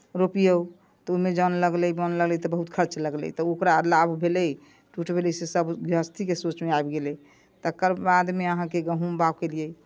रोपियौ तऽ ओहिमे जन लगलै बोनि लगलै तऽ बहुत खर्च लगलै तऽ ओकरा लाभ भेलै टूटि गेलै से सभ गृहस्थीके श्रोतमे आबि गेलै तकर बादमे अहाँके गहूँम बौग केलियै